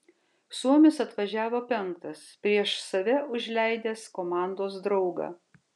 suomis atvažiavo penktas prieš save užleidęs komandos draugą